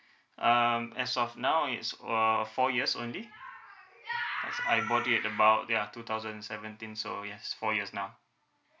um as of now it's uh four years only as I bought it about ya two thousand seventeen so yes four years now